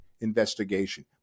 investigation